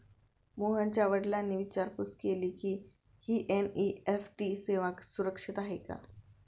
मोहनच्या वडिलांनी विचारपूस केली की, ही एन.ई.एफ.टी सेवा सुरक्षित आहे का?